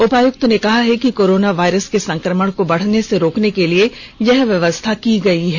उपायुक्त ने कहा कि कोरोना वायरस के संक्रमण को बढ़ने से रोकने के लिए यह व्यवस्था की गयी है